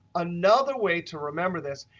another way to remember this,